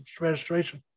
registration